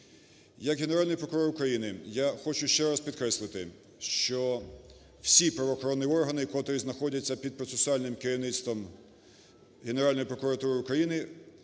Як Генеральний прокурор України я хочу ще раз підкреслити, що всі правоохоронні органи, котрі знаходяться під процесуальним керівництвом Генеральної прокуратури України